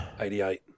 88